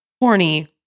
horny